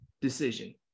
decision